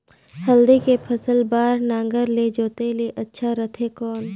हल्दी के फसल बार नागर ले जोते ले अच्छा रथे कौन?